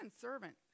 servant